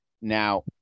Now